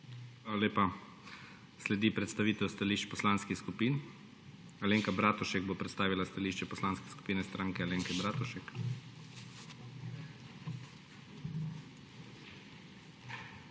Hvala lepa. Sledi predstavitev stališč poslanskih skupin. Alenka Bratušek bo predstavila stališče Poslanske skupine Stranke Alenke Bratušek. 10.